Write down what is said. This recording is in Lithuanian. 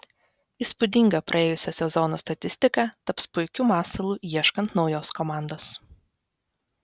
įspūdinga praėjusio sezono statistika taps puikiu masalu ieškant naujos komandos